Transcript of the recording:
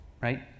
right